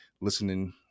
listening